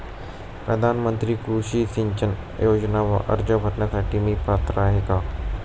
प्रधानमंत्री कृषी सिंचन योजना अर्ज भरण्यासाठी मी पात्र आहे का?